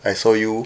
I saw you